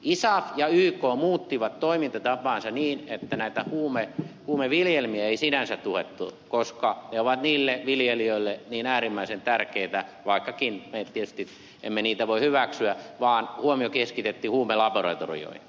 isaf ja yk muuttivat toimintatapaansa niin että näitä huumeviljelmiä ei sinänsä tuhottu koska ne ovat niille viljelijöille niin äärimmäisen tärkeitä vaikkakaan me tietysti emme niitä voi hyväksyä vaan huomio keskitettiin huumelaboratorioihin